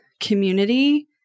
community